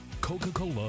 Coca-Cola